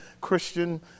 Christian